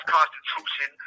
Constitution